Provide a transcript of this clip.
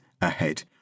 ahead